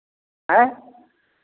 हाँय